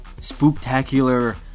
spooktacular